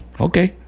okay